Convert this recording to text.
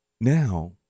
now